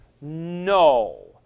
No